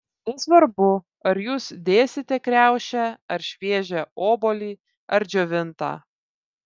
nesvarbu ar jūs dėsite kriaušę ar šviežią obuolį ar džiovintą